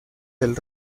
del